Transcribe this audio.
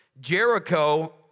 Jericho